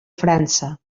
frança